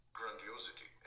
grandiosity